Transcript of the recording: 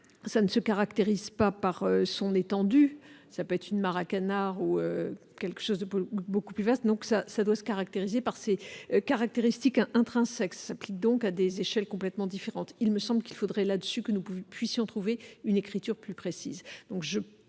ne se caractérise pas par son étendue, puisqu'il peut s'agir d'une mare à canards ou de quelque chose de beaucoup plus vaste. Il doit se caractériser par ses caractéristiques intrinsèques et s'applique donc à des échelles complètement différentes. Il me semble qu'il faudrait trouver sur ce point une écriture plus précise.